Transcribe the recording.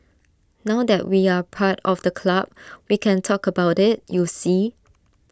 now that we're part of the club we can talk about IT you see